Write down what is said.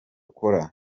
cola